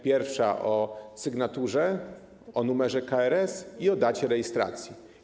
Pierwsza - o sygnaturze, o numerze KRS i o dacie rejestracji.